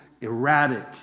erratic